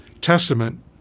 testament